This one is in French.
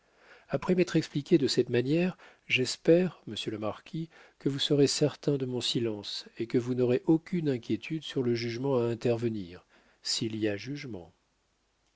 après m'être expliqué de cette manière j'espère monsieur le marquis que vous serez certain de mon silence et que vous n'aurez aucune inquiétude sur le jugement à intervenir s'il y a jugement